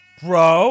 bro